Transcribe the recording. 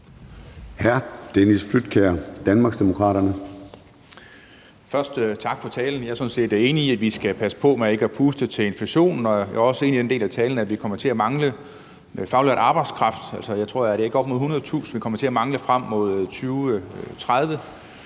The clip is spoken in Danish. sige tak for talen. Jeg er sådan set enig i, at vi skal passe på med ikke at puste til inflationen, og jeg er også enig i den del af talen om, at vi kommer til at mangle faglært arbejdskraft. Altså, er det ikke op mod 100.000, vi kommer til at mangle frem mod 2030?